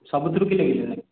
ସବୁଥିରୁ କିଲେ କିଲେ